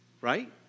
Right